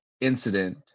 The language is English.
incident